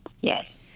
Yes